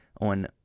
on